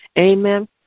Amen